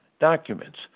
documents